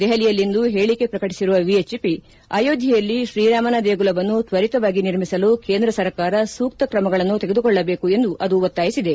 ದೆಹಲಿಯಲ್ಲಿಂದು ಹೇಳಿಕೆ ಪ್ರಕಟಿಸಿರುವ ವಿಹೆಚ್ಪಿ ಅಯೋಧ್ಯೆಯಲ್ಲಿ ಶ್ರೀರಾಮನ ದೇಗುಲವನ್ನು ತ್ವರಿತವಾಗಿ ನಿರ್ಮಿಸಲು ಕೇಂದ್ರ ಸರ್ಕಾರ ಸೂಕ್ತ ಕ್ರಮಗಳನ್ನು ತೆಗೆದುಕೊಳ್ಳಬೇಕೆಂದು ಅದು ಒತ್ತಾಯಿಸಿದೆ